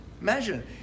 imagine